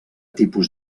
tipus